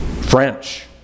French